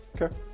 Okay